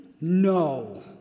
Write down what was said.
No